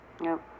Nope